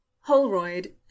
Holroyd